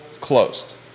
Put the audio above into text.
closed